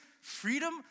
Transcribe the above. Freedom